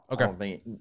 Okay